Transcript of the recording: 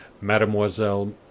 Mademoiselle